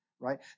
right